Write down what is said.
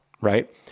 right